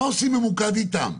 מה עושים ממוקד איתם?